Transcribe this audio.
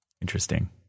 Interesting